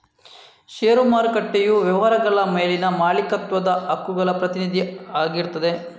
ಷೇರು ಮಾರುಕಟ್ಟೆಯು ವ್ಯವಹಾರಗಳ ಮೇಲಿನ ಮಾಲೀಕತ್ವದ ಹಕ್ಕುಗಳ ಪ್ರತಿನಿಧಿ ಆಗಿರ್ತದೆ